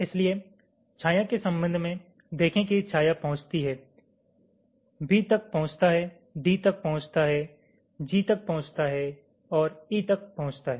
इसलिए छाया के संबंध में देखें कि छाया पहुँचती है B तक पहुंचता है D तक पहुंचता है G तक पहुंचता है और E तक पहुंचता है